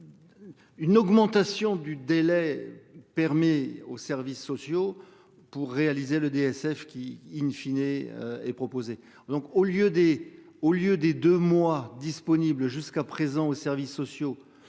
Une augmentation du délai permet aux services sociaux pour réaliser le DSF qui in fine et et proposé donc au lieu des au lieu des deux mois disponible jusqu'à présent aux services sociaux